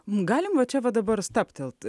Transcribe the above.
galim va čia va dabar stabtelt